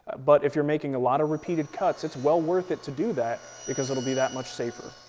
but if you're making a lot of repeated cuts, it's well worth it to do that because it'll be that much safer.